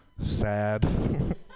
Sad